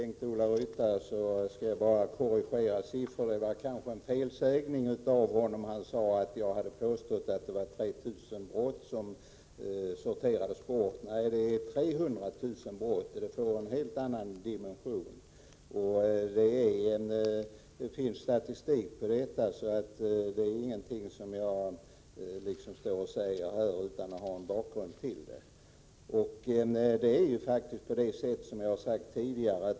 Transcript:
Herr talman! Jag vill bara korrigera Bengt-Ola Ryttar. Det var kanske en felsägning av honom, när han sade att jag hade påstått att 3 000 brott sorteras bort. Nej, det är 300 000 brott, vilket gör att det får en helt annan dimension. Det finns statistik som visar detta, så det är ingenting som jag säger utan att ha en bakgrund.